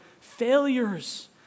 failures